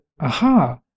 aha